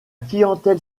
clientèle